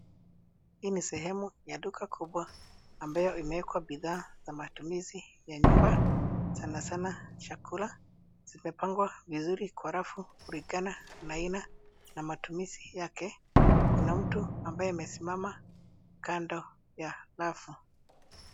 Hii ni sehemu ya duka kubwa ambayo imewekwa bidhaa za matumizi ya nyumba, sana sana chakula. Zimepangwa vizuri kwa rafu kulingana na aina na matumizi yake. Kuna mtu ambaye amesimama kando ya rafu.